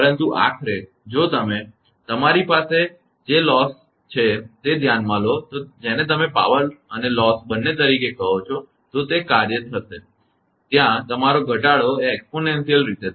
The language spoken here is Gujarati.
પરંતુ આખરે જો તમારી પાસે જે નુકસાનલોસ છે તે તમે ધ્યાનમાં લો છો જેને તમે પાવર અને લોસ બંને તરીકે કહો છો તો તે કાર્ય થશે ત્યાં તમારો ઘટાડો એ exponentialઘાતાંકીય રીતે થશે